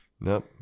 Nope